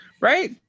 right